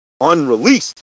unreleased